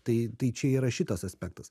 tai tai čia yra šitas aspektas